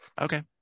okay